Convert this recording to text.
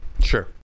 Sure